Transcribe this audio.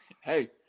Hey